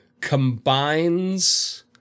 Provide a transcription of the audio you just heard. combines